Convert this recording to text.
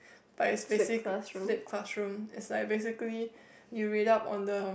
but it's basic flip classroom is like basically you read up on the